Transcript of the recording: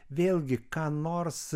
vėlgi ką nors